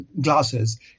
glasses